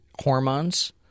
hormones